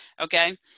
okay